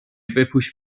بپوش